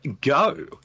go